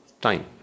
time